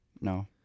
No